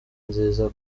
nziza